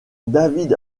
david